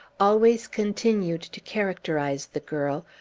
always continued to characterize the girl,